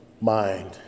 mind